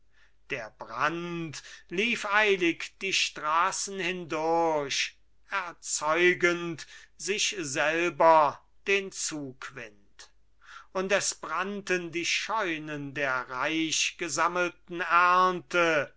der brand lief eilig die straßen hindurch erzeugend sich selber den zugwind und es brannten die scheunen der reich gesammelten ernte